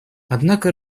однако